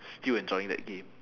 still enjoying that game